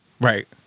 Right